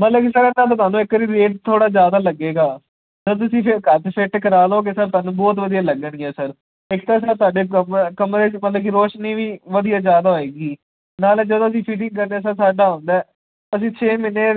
ਮਤਲਬ ਕਿ ਸਾਡਾ ਤੁਹਾਨੂੰ ਇੱਕ ਵਾਰੀ ਰੇਟ ਥੋੜ੍ਹਾ ਜ਼ਿਆਦਾ ਲੱਗੇਗਾ ਸਰ ਤੁਸੀਂ ਫਿਰ ਘਰ 'ਚ ਸੈਟ ਕਰਾ ਲੋਗੇ ਸਰ ਤੁਹਾਨੂੰ ਬਹੁਤ ਵਧੀਆ ਲੱਗਣਗੀਆਂ ਸਰ ਇੱਕ ਤਾਂ ਸਰ ਤੁਹਾਡੇ ਕਮ ਕਮਰੇ 'ਚ ਮਤਲਬ ਕਿ ਰੋਸ਼ਨੀ ਵੀ ਵਧੀਆ ਜ਼ਿਆਦਾ ਹੋਵੇਗੀ ਨਾਲੇ ਜਦੋਂ ਅਸੀਂ ਫੀਟਿੰਗ ਕਰਦੇ ਹਾਂ ਸਰ ਸਾਡਾ ਹੁੰਦਾ ਅਸੀਂ ਛੇ ਮਹੀਨੇ